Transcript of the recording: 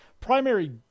primary